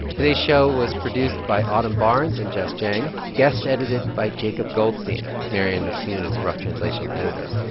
today's show was produced by autumn barnes and jess jiang, guest edited by jacob goldstein. marianne mccune is the rough translation editor.